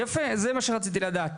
יפה, זה מה שרציתי לדעת.